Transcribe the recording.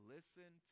Listen